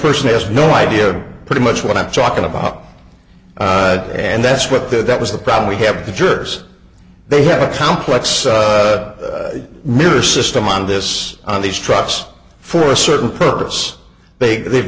person has no idea pretty much what i'm talking about and that's what the that was the problem we have the jurors they have a complex mirror system on this on these trucks for a certain purpose big they've